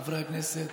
חברי הכנסת,